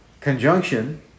conjunction